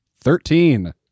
Thirteen